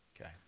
Okay